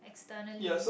externally